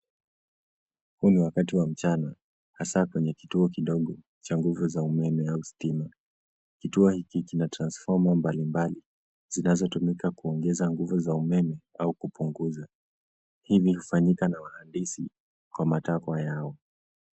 Huu ni wakati wa mchana hasa kwenye kituo kidogo cha nguvu za umeme au stima. Kituo hiki kina transformer mbalimbali zinazotumika kuongeza nguvu za umeme au kupunguza. Hili hufanyika na wahandisi kwa matakwa yao.